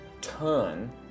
turn